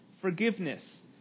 forgiveness